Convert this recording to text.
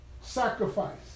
Sacrifice